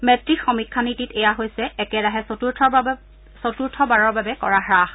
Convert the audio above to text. metric সমীক্ষা নীতিত এইয়া হৈছে একেৰাহে চতুৰ্থবাৰৰ বাবে কৰা হ্যাস